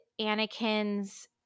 Anakin's